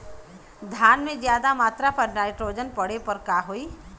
धान में ज्यादा मात्रा पर नाइट्रोजन पड़े पर का होई?